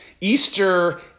Easter